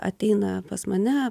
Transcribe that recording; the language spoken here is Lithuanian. ateina pas mane